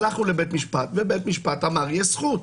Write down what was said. הלכנו לבית המשפט ובית המשפט אמר: יש זכות.